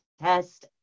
test